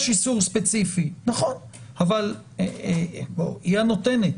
יש אישור ספציפי, אבל היא הנותנת.